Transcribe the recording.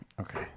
okay